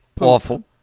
awful